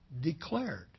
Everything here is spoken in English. declared